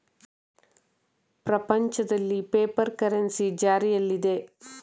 ಪ್ರಪಂಚದಲ್ಲಿ paper currency ಜಾರಿಯಲ್ಲಿದೆ